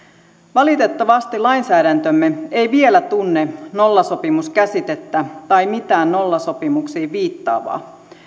valitettavasti lainsäädäntömme ei vielä tunne nollasopimus käsitettä tai mitään nollasopimuksiin viittaavaa